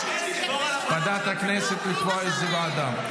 -- ועדת הכנסת, לקבוע לאיזו ועדה.